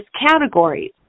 categories